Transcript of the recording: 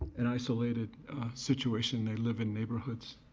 an isolated situation. they live in neighborhoods